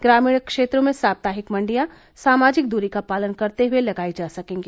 ग्रामीण क्षेत्रों में साप्ताहिक मण्डियां सामाजिक दूरी का पालन करते हुए लगाई जा सकेंगी